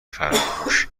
فراموش